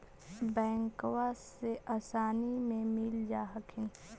बैंकबा से आसानी मे मिल जा हखिन?